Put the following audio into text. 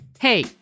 Hey